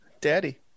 Daddy